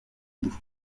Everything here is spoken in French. boue